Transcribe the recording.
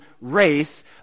race